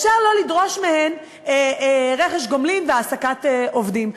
אפשר לא לדרוש מהן רכש גומלין והעסקת עובדים.